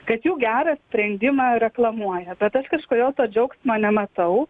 kad jų gerą sprendimą reklamuoja bet aš kažkodėl to džiaugsmo nematau